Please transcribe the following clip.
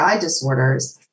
disorders